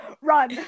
Run